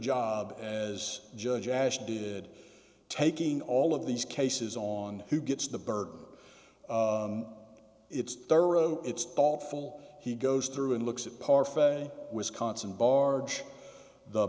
job as judge as did taking all of these cases on who gets the burden it's thorough it's thoughtful he goes through and looks at parfait wisconsin barge the